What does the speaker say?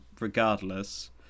regardless